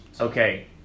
Okay